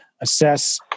assess